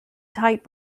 tight